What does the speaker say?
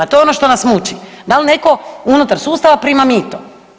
To je ono šta nas muči, dal netko unutar sustava prima mito.